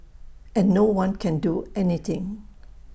and no one can do anything